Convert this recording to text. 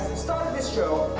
started this show,